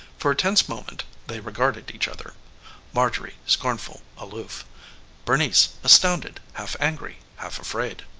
for a tense moment they regarded each other marjorie scornful, aloof bernice astounded, half-angry, half-afraid.